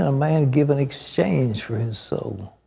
ah man give in exchange for his soul?